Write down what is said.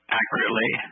accurately